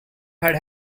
had